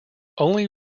only